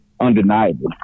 undeniable